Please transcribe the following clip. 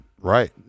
Right